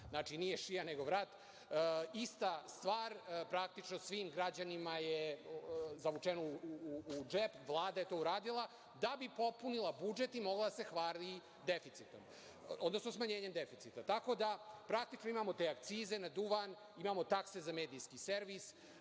Znači, nije šija nego vrat. Ista stvar, praktično svim građanima je zavučeno u džep, Vlada je to uradila da bi popunila budžet i mogla da se hvali deficitom, odnosno smanjenjem deficita. Tako da praktično imamo te akcize na duvan, imamo takse za medijski servis.